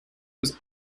was